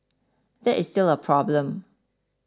that is still a problem